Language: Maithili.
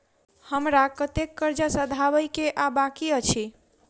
हमरा कतेक कर्जा सधाबई केँ आ बाकी अछि?